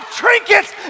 trinkets